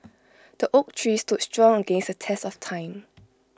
the oak tree stood strong against the test of time